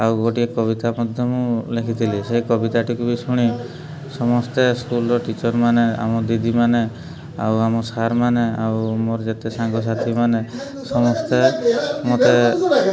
ଆଉ ଗୋଟିଏ କବିତା ମଧ୍ୟ ମୁଁ ଲେଖିଥିଲି ସେ କବିତାଟିକୁ ବି ଶୁଣି ସମସ୍ତେ ସ୍କୁଲ୍ର ଟିଚର୍ମାନେ ଆମ ଦିଦିମାନେ ଆଉ ଆମ ସାର୍ମାନେ ଆଉ ମୋର ଯେତେ ସାଙ୍ଗସାଥି ମାନେ ସମସ୍ତେ ମୋତେ